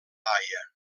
haia